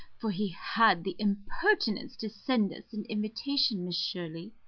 for he had the impertinence to send us an invitation, miss shirley.